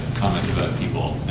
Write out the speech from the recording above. comment about people,